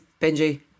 Benji